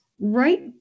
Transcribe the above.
Right